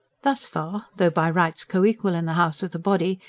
thus far, though by rights coequal in the house of the body,